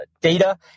data